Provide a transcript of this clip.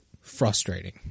frustrating